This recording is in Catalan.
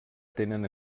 tenen